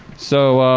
so,